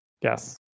Yes